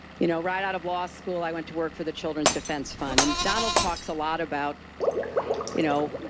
you know, right out of law school i went to work for the children's defense fund. and donald talks a lot about you know